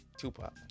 Tupac